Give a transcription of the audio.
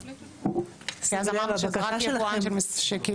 - יימחקו; תהיה לנו אחרי זה הוראת שעה.